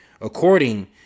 According